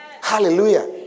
Hallelujah